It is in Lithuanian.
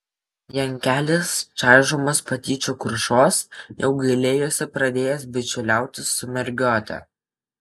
jankelis čaižomas patyčių krušos jau gailėjosi pradėjęs bičiuliautis su mergiote